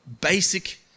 Basic